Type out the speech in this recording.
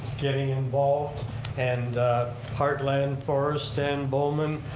getting involved and hartland forest and bowman